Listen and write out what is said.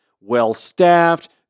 well-staffed